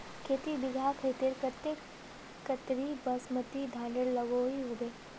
खेती बिगहा खेतेर केते कतेरी बासमती धानेर लागोहो होबे?